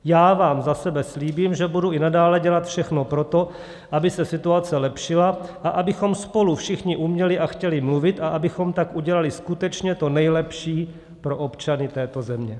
Já vám za sebe slíbím, že budu i nadále dělat všechno pro to, aby se situace lepšila, abychom spolu všichni uměli a chtěli mluvit a abychom tak udělali skutečně to nejlepší pro občany této země.